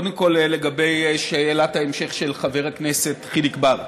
קודם כול, לגבי שאלת ההמשך של חבר הכנסת חיליק בר.